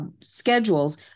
schedules